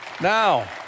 now